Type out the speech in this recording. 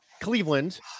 Cleveland